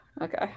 Okay